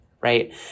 right